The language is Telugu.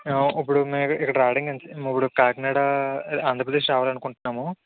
మేము ఇప్పుడు మేము ఇక్కడ రావడానికి ఇప్పుడు కాకినాడ ఆంధ్రప్రదేశ్ రావాలనుకుంటున్నాము